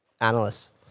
analysts